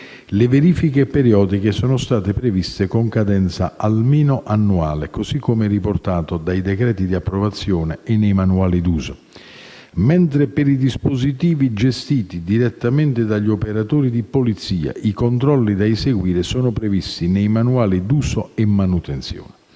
le verifiche periodiche sono state previste con cadenza almeno annuale, così come riportato dai decreti di approvazione e nei manuali d'uso; mentre per i dispositivi gestiti direttamente dagli operatori di polizia i controlli da eseguire sono previsti nei manuali d'uso e manutenzione.